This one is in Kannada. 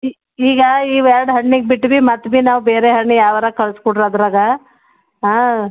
ಈಗ ಇವೆರ್ಡು ಹಣ್ಣಿಗೆ ಬಿಟ್ವಿ ಮತ್ತೆ ಭೀ ನಾವು ಬೇರೆ ಹಣ್ಣು ಯಾವಾರ ಕಳಿಸ್ಕೊಡ್ರಿ ಅದರಾಗ ಹಾಂ